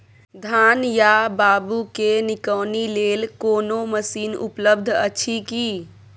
धान या बाबू के निकौनी लेल कोनो मसीन उपलब्ध अछि की?